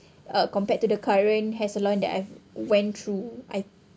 uh compared to the current hair salon that I've went through I